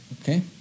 Okay